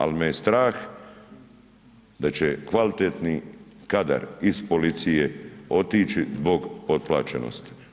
Ali me je strah da će kvalitetni kadar iz policije otići zbog potplaćenosti.